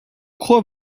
croit